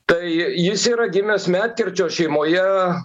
tai jis yra gimęs medkirčio šeimoje